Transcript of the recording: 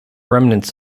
remnants